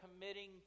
committing